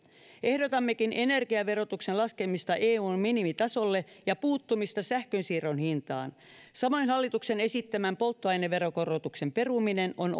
ehdotammekin energiaverotuksen laskemista eun minimitasolle ja puuttumista sähkönsiirron hintaan samoin hallituksen esittämän polttoaineveron korotuksen peruminen on